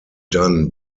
done